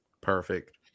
Perfect